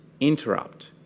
interrupt